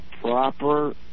proper